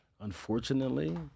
unfortunately